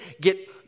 get